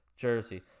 Jersey